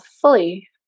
fully